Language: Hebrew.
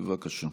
בבקשה.